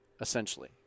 Essentially